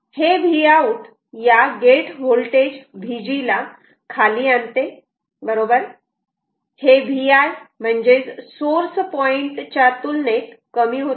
आता हे Vout या गेट होल्टेज VG ला खाली आणते बरोबर हे Vi म्हणजेच सोर्स पॉईंट च्या तुलनेत कमी होते